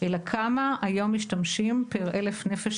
אלא כמה משתמשים היום פר 1,000 נפש